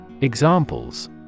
Examples